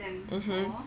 mmhmm